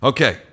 Okay